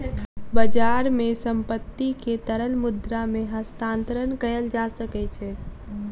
बजार मे संपत्ति के तरल मुद्रा मे हस्तांतरण कयल जा सकै छै